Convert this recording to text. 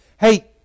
Hey